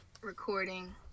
recording